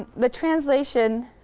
the translation